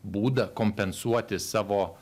būdą kompensuoti savo